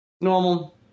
Normal